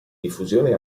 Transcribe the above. diffusione